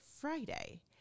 Friday